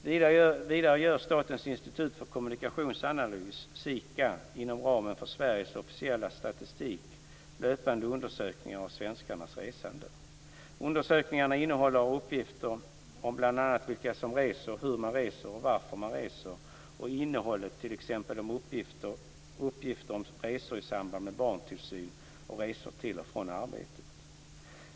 Vidare gör Statens institut för kommunikationsanalys, SIKA, inom ramen för Sveriges officiella statistik löpande undersökningar av svenskarnas resande. Undersökningarna innehåller uppgifter om bl.a. vilka som reser, hur man reser och varför man reser och innehåller t.ex. uppgifter om resor i samband med barntillsyn och resor till och från arbetet.